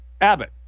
Abbott